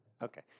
Okay